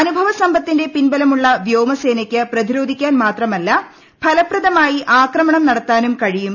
അനുഭവസമ്പത്തിന്റെ പിൻബലമുള്ള വ്യോമസേനയ്ക്ക് പ്രതിരോധിക്കാൻ മാത്രമല്ല ഫലപ്രദമായി ആക്രമണം നടത്താനും കഴിയും